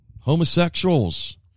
Homosexuals